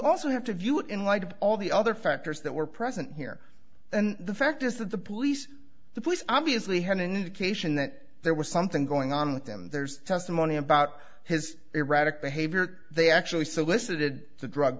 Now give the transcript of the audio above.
also have to view it in light of all the other factors that were present here and the fact is that the police the police obviously had an indication that there was something going on with them there's testimony about his erratic behavior they actually solicited the drug